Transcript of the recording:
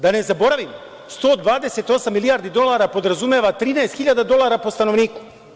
Da ne zaboravimo, 128 milijardi dolara podrazumeva 13 hiljada dolara po stanovniku.